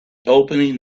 opening